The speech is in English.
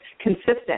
consistent